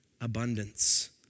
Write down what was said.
abundance